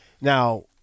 Now